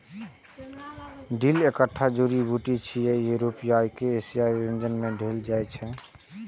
dill एकटा जड़ी बूटी छियै, जे यूरोपीय आ एशियाई व्यंजन मे देल जाइ छै